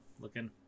looking